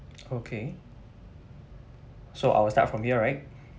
okay so I will start from here right